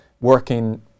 working